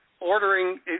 ordering